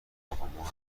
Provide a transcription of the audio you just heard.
اقا، ما